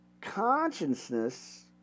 consciousness